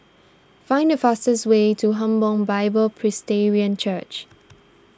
find the fastest way to Hebron Bible Presbyterian Church